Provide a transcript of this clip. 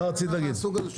מה רצית להגיד?